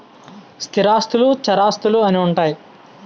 స్థిరాస్తులు చరాస్తులు అని ఉంటాయి